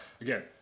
again